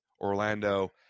Orlando